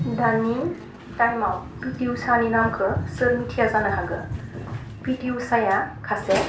दानि थाइमाव पिटि उसानि नामखौ सोर मिथिया जानो हागौ पिटि उसाया खासे